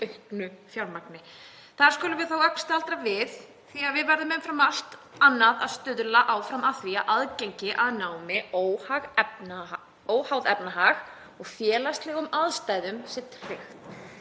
auknu fjármagni. Þar skulum við þó ögn staldra við, því við verðum umfram allt annað að stuðla áfram að því að aðgengi að námi, óháð efnahag og félagslegum aðstæðum, sé tryggt.